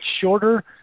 shorter